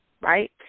right